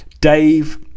Dave